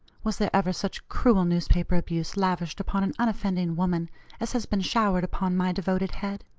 was there ever such cruel newspaper abuse lavished upon an unoffending woman as has been showered upon my devoted head?